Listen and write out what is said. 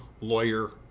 Lawyer